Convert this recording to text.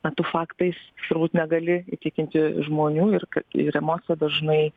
na tu faktais turbūt negali įtikinti žmonių ir k ir emocija dažnai